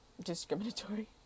discriminatory